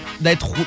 d'être